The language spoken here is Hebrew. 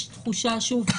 שוב,